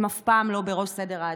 הם אף פעם לא בראש סדר העדיפויות.